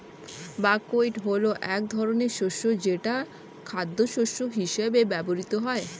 buckwheat হলো এক ধরনের শস্য যেটা খাদ্যশস্য হিসেবে ব্যবহৃত হয়